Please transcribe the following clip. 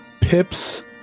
Pips